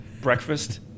breakfast